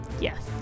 Yes